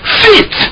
fit